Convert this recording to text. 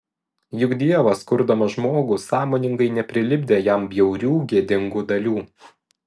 juk dievas kurdamas žmogų sąmoningai neprilipdė jam bjaurių gėdingų dalių